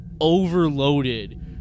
overloaded